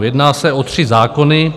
Jedná se o tři zákony.